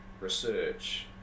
research